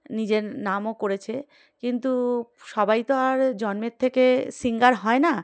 নিজের নামও করেছে কিন্তু সবাই তো আর জন্মের থেকে সিঙ্গার হয় না